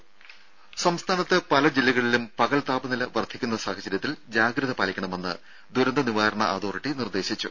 രുര സംസ്ഥാനത്ത് പല ജില്ലകളിലും പകൽ താപനില വർദ്ധിക്കുന്ന സാഹചര്യത്തിൽ ജാഗ്രത പാലിക്കണമെന്ന് ദുരന്തനിവാരണ അതോറിറ്റി നിർദേശിച്ചു